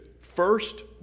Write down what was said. First